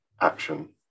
action